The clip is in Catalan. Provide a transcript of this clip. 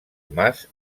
mas